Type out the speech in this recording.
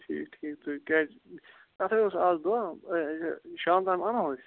ٹھیٖک ٹھیٖک تُہۍ کیازِ اتھ ہے اوس آز دۄہ شام تام انو أسۍ